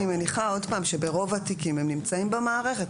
אני מניחה שברוב התיקים הם נמצאים במערכת.